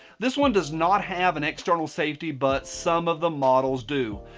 this one does not have an external safety but some of the models do.